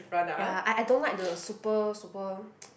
ya I I don't like the super super